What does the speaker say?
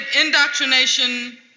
indoctrination